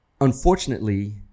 Unfortunately